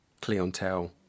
clientele